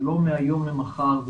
זה לא מהיום למחר.